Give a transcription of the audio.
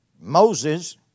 Moses